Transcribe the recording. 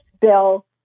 bill